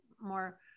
more